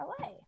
la